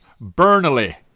Burnley